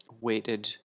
weighted